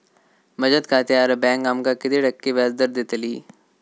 बचत खात्यार बँक आमका किती टक्के व्याजदर देतली?